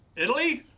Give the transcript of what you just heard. italy?